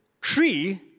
tree